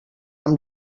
amb